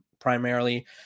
primarily